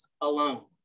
alone